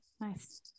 Nice